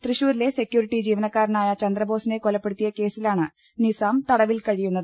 തൃശ്ശൂരിലെ സെക്യൂരിറ്റി ജീവനക്കാരനായ ചന്ദ്രബോസിനെ കൊലപ്പെടുത്തിയ കേസിലാണ് നിസ്സാം തടവിൽ കഴിയുന്നത്